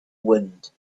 wind